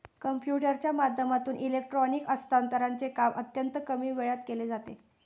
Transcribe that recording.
कम्प्युटरच्या माध्यमातून इलेक्ट्रॉनिक हस्तांतरणचे काम अत्यंत कमी वेळात केले जाते